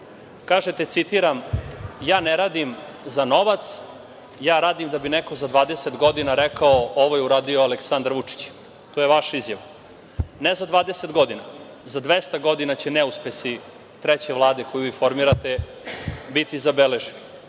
Kažete, citiram – ja ne radim za novac, ja radim da bi neko za 20 godina rekao ovo je uradio Aleksandar Vučić. To je vaša izjava. Ne, za 20 godina, za 200 godina će neuspesi treće vlade koju vi formirate biti zabeleženi,